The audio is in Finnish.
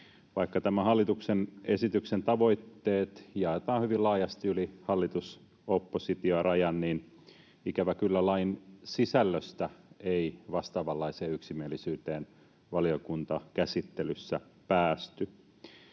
Vaikka tämän hallituksen esityksen tavoitteet jaetaan hyvin laajasti yli hallitus—oppositio-rajan, niin ikävä kyllä lain sisällöstä ei vastaavanlaiseen yksimielisyyteen valiokuntakäsittelyssä päästy.